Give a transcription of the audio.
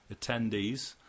attendees